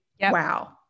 wow